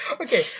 okay